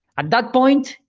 at that point,